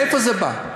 מאיפה זה בא?